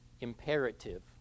imperative